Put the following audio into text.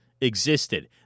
existed